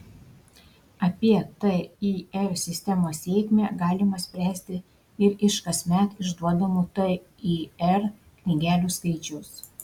apie tir sistemos sėkmę galima spręsti ir iš kasmet išduodamų tir knygelių skaičiaus